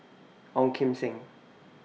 Ong Kim Seng